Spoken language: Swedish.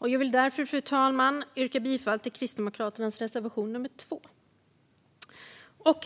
Jag vill därför, fru talman, yrka bifall till Kristdemokraternas reservation nr 2.